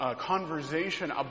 conversation